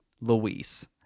Luis